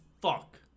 fuck